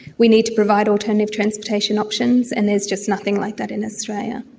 we need to provide alternative transportation options, and there's just nothing like that in australia.